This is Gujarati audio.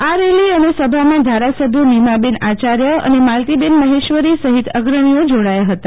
આ રેલી અને સભામાં ધારાસભ્ય નીમાબહેન આચાર્ય અને માલતીબેન મહેશ્વરી સહિતના અગ્રણીઓ જોડાયા હતા